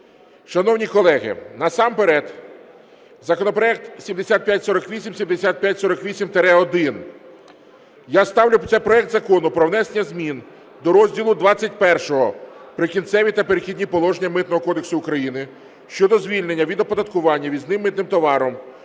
Шановні колеги, насамперед законопроект 7548, 7548-1. Це проект Закону про внесення зміни до розділу XXІ "Прикінцеві та перехідні положення" Митного кодексу України щодо звільнення від оподаткування ввізним митом товарів,